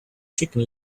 chicken